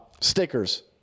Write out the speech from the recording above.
stickers